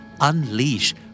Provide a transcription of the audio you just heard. Unleash